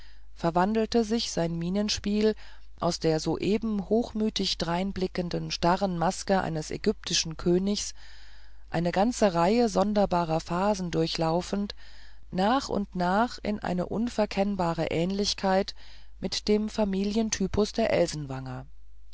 verwandelte sich sein mienenspiel aus der soeben hochmütig dreinblickenden starren maske eines ägyptischen königs eine ganze reihe sonderbarer phasen durchlaufend nach und nach in eine unverkennbare ähnlichkeit mit dem familientypus der